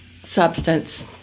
substance